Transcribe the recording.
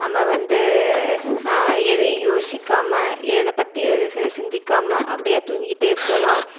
நம்ம வந்து எதையும் யோசிக்காமல் எதை பற்றியும் சி சிந்திக்காமல் அப்படியே தூங்கிட்டே போகலாம்